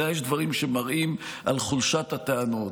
אתה יודע, יש דברים שמראים את חולשת הטענות: